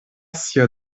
sia